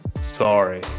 Sorry